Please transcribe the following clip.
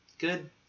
Good